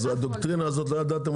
אז לא ידעתם על הדוקטרינה הזאת כשדיברנו